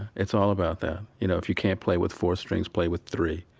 it's all about that. you know if you can't play with four strings, play with three.